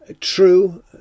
true